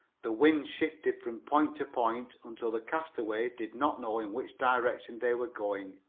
the wind shifted from point to point until the castaways did not know in which direction they were going,